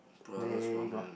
Plaza's ramen